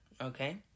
Okay